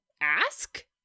ask